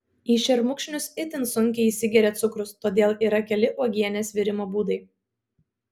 į šermukšnius itin sunkiai įsigeria cukrus todėl yra keli uogienės virimo būdai